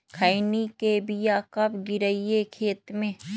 खैनी के बिया कब गिराइये खेत मे?